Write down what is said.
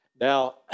Now